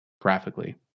graphically